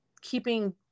keeping